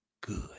good